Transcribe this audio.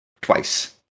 twice